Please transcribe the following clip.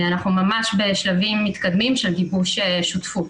אנחנו ממש בשלבים מתקדמים של גיבוש שותפות